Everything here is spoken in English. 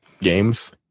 games